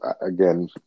again